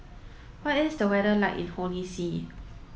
what is the weather like in Holy See